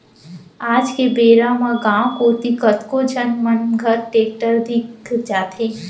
आज के बेरा म गॉंव कोती कतको झन मन घर टेक्टर दिख जाथे